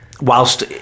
whilst